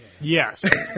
Yes